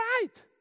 right